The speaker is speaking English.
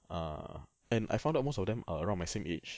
err and I found out most of them are around my same age